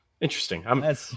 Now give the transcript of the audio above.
Interesting